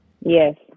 Yes